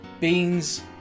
Beans